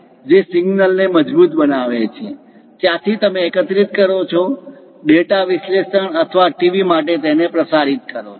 જે સિગ્નલને મજબૂત બનાવે છે ત્યાંથી તમે તેને એકત્રિત કરો છો ડેટા વિશ્લેષણ અથવા ટીવી માટે તેને પસાર કરો છો